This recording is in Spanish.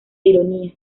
ironía